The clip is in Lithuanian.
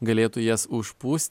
galėtų jas užpūst